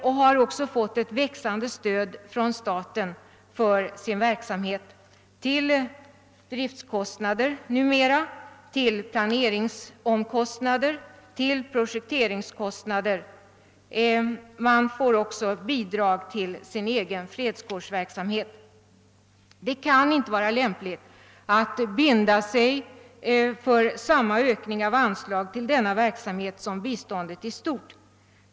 Den har också fått ett växande stöd från staten för sin verksamhet, till driftkostnader numera, till planeringsomkostnader, till projekteringskostnader. Missionen får också bidrag till sin egen fredskårsverksamhet. Det kan inte vara lämpligt att binda sig för samma ökning av anslaget till ifrågavarande verksamhet som till biståndet i stort.